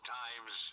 times